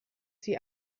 sie